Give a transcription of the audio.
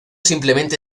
simplemente